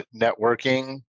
networking